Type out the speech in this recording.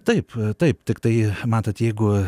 taip taip tiktai matot jeigu